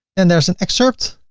and there's an excerpt,